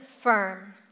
firm